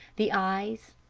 the eyes,